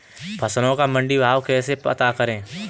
फसलों का मंडी भाव कैसे पता करें?